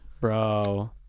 Bro